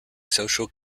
social